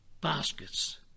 baskets